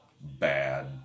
bad